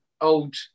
old